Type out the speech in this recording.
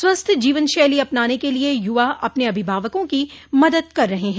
स्वस्थ जीवन शैली अपनाने के लिए यूवा अपने अभिभावकों की मदद कर रहे हैं